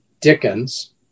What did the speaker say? Dickens